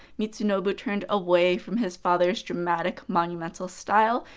mitsunobu turned away from his father's dramatic, monumental style,